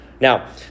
Now